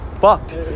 fucked